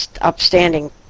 upstanding